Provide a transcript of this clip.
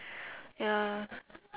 ya